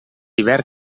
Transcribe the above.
hivern